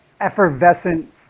effervescent